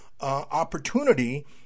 opportunity